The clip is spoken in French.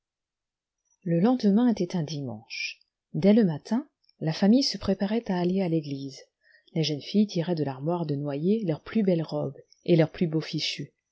le lendemain était un dimanche dès le matin la famille se préparait à aller à l'église les jeunes filles tiraient de l'armoire de noyer leurs plus belles robes et leurs plus beaux fichus